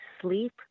sleep